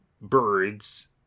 birds